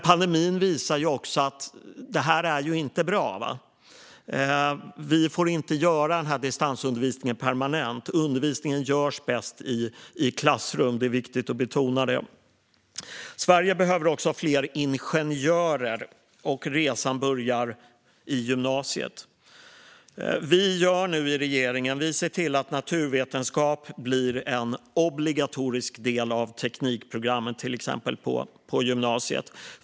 Pandemin visade också att detta inte var bra och att vi inte får göra distansundervisningen permanent, utan det är viktigt att betona att undervisningen görs bäst i klassrum. Sverige behöver också fler ingenjörer, och resan börjar i gymnasiet. Regeringen ser till att naturvetenskap blir en obligatorisk del av teknikprogrammet på gymnasiet.